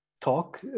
talk